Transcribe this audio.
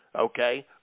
okay